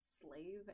slave